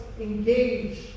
engage